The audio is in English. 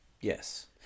Yes